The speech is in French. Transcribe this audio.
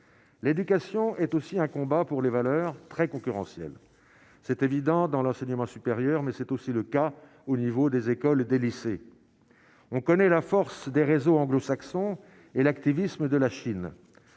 l'éducation est aussi un combat pour les valeurs très concurrentiel c'est évident dans l'enseignement supérieur mais c'est aussi le cas au niveau des écoles, des lycées, on connaît la force des réseaux anglo-saxon et l'activisme de la Chine,